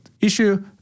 issue